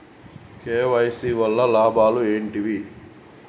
KYC వల్ల లాభాలు ఏంటివి?